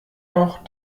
noch